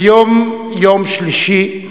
היום יום שלישי,